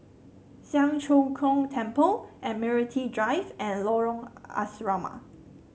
Siang Cho Keong Temple Admiralty Drive and Lorong Asrama